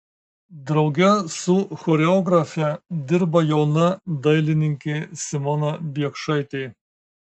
drauge su choreografe dirba jauna dailininkė simona biekšaitė